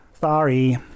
Sorry